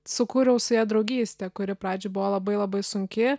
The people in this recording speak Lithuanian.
sukūriau su ja draugystę kuri pradžių buvo labai labai sunki